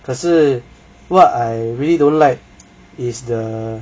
可是 what I really don't like is the